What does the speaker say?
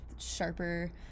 sharper